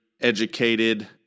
educated